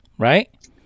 Right